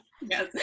yes